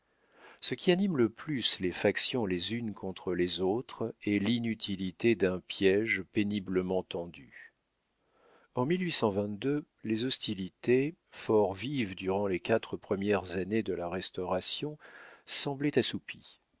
ce qui anime le plus les factions les unes contre les autres est l'inutilité d'un piége péniblement tendu en les hostilités fort vives durant les quatre premières années de la restauration semblaient assoupies